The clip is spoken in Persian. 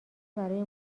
برای